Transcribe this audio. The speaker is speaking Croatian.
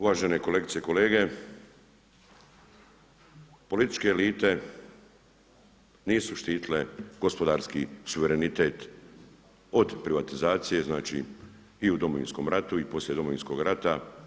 Uvažen kolegice i kolege, političke elite nisu štitile gospodarski suverenitet od privatizacije znači i u Domovinskom ratu i poslije Domovinskog rata.